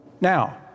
Now